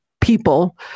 people